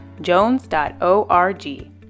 jones.org